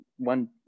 one